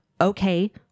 okay